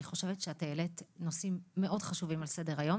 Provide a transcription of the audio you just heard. אני חושבת שאת העלית נושאים מאוד חשובים על סדר היום,